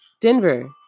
Denver